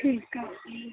ਠੀਕ ਆ ਜੀ